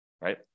right